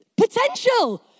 Potential